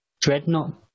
dreadnought